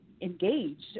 engaged